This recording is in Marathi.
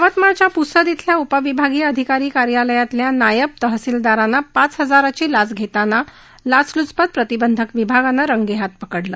यवतमाळच्या प्रसद खिल्या उपविभागीय अधिकारी कार्यालयातल्या नायब तहसीलदारांना पाच हजारांची लाच घेताना लाचलुचपत प्रतिबंधक विभागानं रंगेहाथ पकडलं